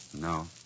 No